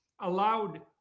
allowed